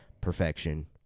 perfection